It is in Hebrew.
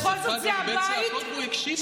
בכל זאת, זה הבית של,